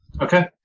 Okay